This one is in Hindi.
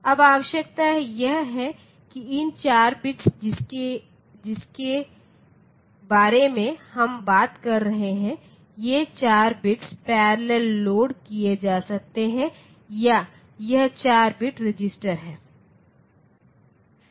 अब आवश्यकता यह है कि इन 4 बिट्स जिसके के बारे में हम बात कर रहे हैं ये 4 बिट्स पैरेलल लोड किए जा सकते हैं या यदि यह 4 बिट रजिस्टर है